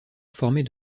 formée